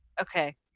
Okay